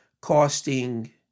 costing